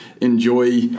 enjoy